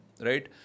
right